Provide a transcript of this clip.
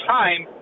time